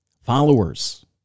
Followers